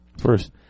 First